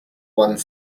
one